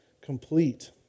complete